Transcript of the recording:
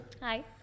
hi